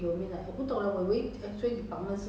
portable portable 就是 inpatient